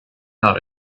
out